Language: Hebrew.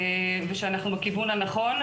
ושאנחנו בכיוון הנכון.